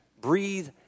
breathe